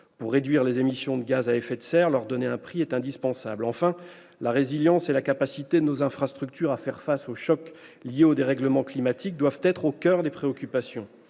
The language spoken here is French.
Pour réduire les émissions de gaz à effet de serre, leur donner un prix est indispensable. Enfin, la résilience et la capacité de nos infrastructures à faire face aux chocs liés au dérèglement climatique doivent être au coeur des préoccupations.